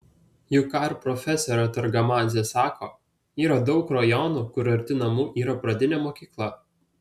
juk ką ir profesorė targamadzė sako yra daug rajonų kur arti namų yra pradinė mokykla